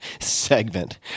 segment